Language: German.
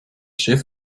chef